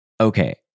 Okay